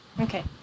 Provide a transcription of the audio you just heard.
Okay